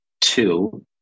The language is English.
two